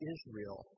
Israel